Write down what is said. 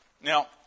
Now